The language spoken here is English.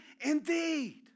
indeed